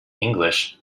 english